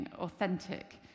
authentic